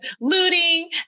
looting